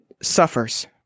suffers